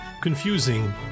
confusing